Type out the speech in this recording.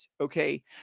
Okay